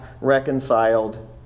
reconciled